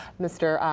mr.